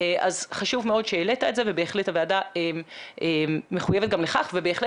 אז חשוב מאוד שהעלית את זה ובהחלט הוועדה מחויבת גם לכך ובהחלט